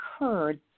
occurred